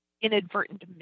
inadvertent